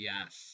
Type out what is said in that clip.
Yes